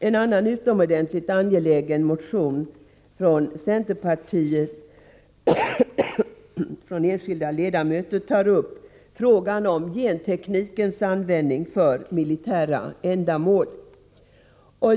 En annan utomordentligt angelägen motion från enskilda centerledamöter tar upp frågan om genteknikens användning för militära ändamål.